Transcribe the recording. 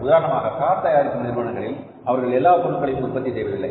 உதாரணமாக கார் தயாரிக்கும் நிறுவனங்களில் அவர்கள் எல்லா பொருட்களையும் உற்பத்தி செய்வதில்லை